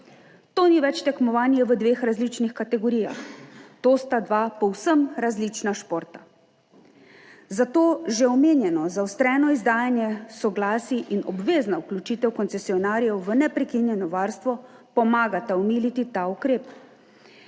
To ni več tekmovanje v dveh različnih kategorijah, to sta dva povsem različna športa, zato že omenjeno zaostreno izdajanje soglasij in obvezna vključitev koncesionarjev v neprekinjeno varstvo pomagata omiliti ta ukrep,